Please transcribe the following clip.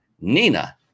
Nina